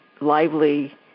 lively